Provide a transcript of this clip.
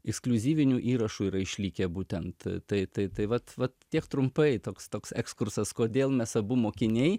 iskliuzyvinių įrašų yra išlikę būtent tai tai vat vat tiek trumpai toks toks ekskursas kodėl mes abu mokiniai